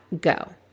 go